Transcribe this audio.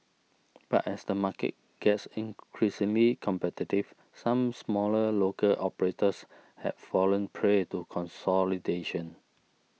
but as the market gets increasingly competitive some smaller local operators have fallen prey to consolidation